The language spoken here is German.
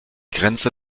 grenze